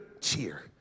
cheer